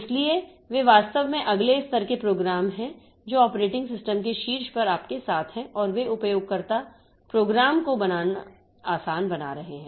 इसलिए वे वास्तव में अगले स्तर के प्रोग्राम हैं जो ऑपरेटिंग सिस्टम के शीर्ष पर आपके साथ हैं और वे उपयोगकर्ता प्रोग्राम को बनाना आसान बना रहे हैं